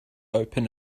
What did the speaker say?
open